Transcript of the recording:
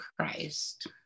Christ